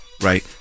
Right